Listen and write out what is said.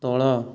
ତଳ